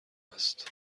است